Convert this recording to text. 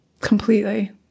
Completely